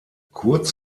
kurz